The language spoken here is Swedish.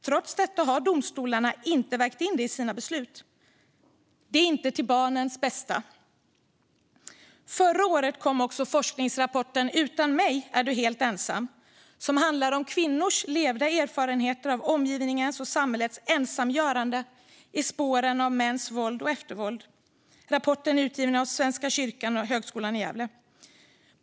Trots detta har domstolarna inte vägt in det i sina beslut. Det är inte till barnens bästa. Förra året kom också forskningsrapporten Utan mig är du helt ensam , som handlar om kvinnors levda erfarenheter av omgivningens och samhällets ensamgörande i spåren av mäns våld och eftervåld. Rapporten är utgiven av Högskolan i Gävle och Svenska kyrkan.